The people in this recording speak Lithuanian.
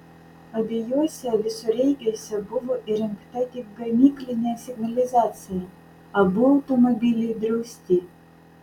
abiejuose visureigiuose buvo įrengta tik gamyklinė signalizacija abu automobiliai drausti